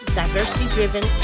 diversity-driven